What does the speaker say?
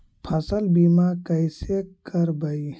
फसल बीमा कैसे करबइ?